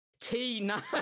T9